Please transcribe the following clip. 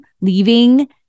leaving